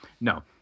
No